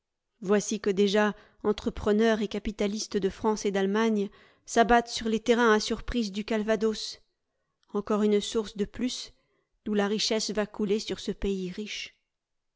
voici que déjà entrepreneurs et capitalistes de france et d'allemagne s'abattent sur les terrains à surprises du calvados encore une source de plus d'où la richesse va couler sur ce pays riche